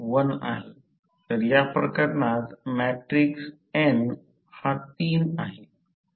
म्हणजेच भाराच्या टर्मिनल वर व्होल्टेज अधिक चांगले होईल